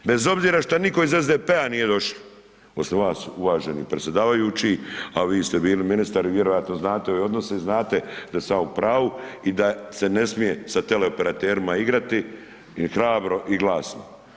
Bez obzira što nitko iz SDP-a nije došao, osim vas, uvaženi predsjedavajući, a vi ste bili ministar i vjerojatno znate odnose znate da sam ja u pravu i da se ne smije sa teleoperaterima igrati i hrabro i glasno.